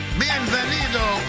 bienvenido